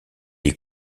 est